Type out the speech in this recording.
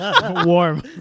warm